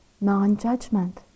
non-judgment